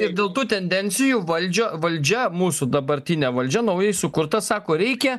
ir dėl tų tendencijų valdžia valdžia mūsų dabartinė valdžia naujai sukurta sako reikia